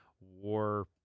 war